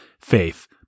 faith